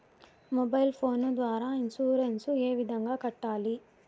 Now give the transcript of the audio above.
mobile phone ద్వారా insurance ఏ విధంగా కట్టాలి